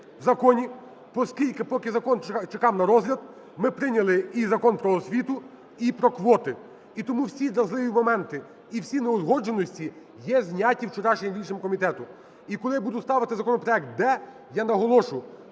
в законі, оскільки поки закон чекав на розгляд, ми прийняли і Закон "Про освіту", і про квоти. І тому всі вразливі моменти і всі неузгодженості є зняті вчорашнім рішенням комітету. І коли я буду ставити законопроект "д", я наголошу: